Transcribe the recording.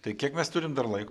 tai kiek mes turim dar laiko